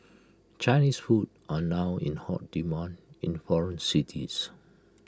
Chinese food are now in hot demand in foreign cities